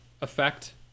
effect